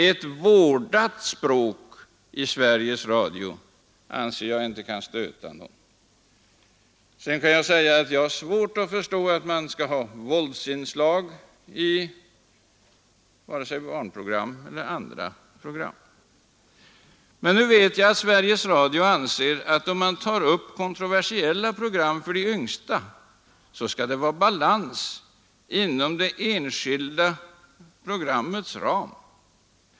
Ett vårdat språk i Sveriges Radio anser jag inte kan stöta någon. Jag kan icke förstå att det måste vara våldsinslag i vare sig barnprogram eller andra program. Jag vet att Sveriges Radio anser att om man tar upp kontroversiella program för de yngsta skall det vara balans inom det enskilda programmets ram.